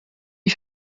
die